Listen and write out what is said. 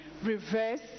reverse